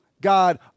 God